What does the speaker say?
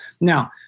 now